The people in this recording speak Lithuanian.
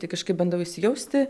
tai kažkaip bandau įsijausti